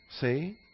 See